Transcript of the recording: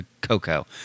Cocoa